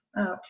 okay